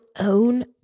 own